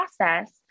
process